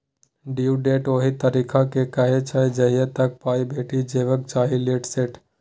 due date ओहि तारीख केँ कहय छै जहिया तक पाइ भेटि जेबाक चाही लेट सेट